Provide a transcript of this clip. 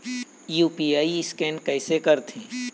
UPI scan कइसे करथे?